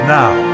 now